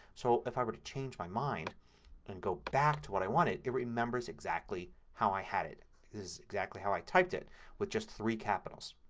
so if i were to change my mind and go back to what i wanted it remembers exactly how i had it. this is exactly how i typed it with just three capitals.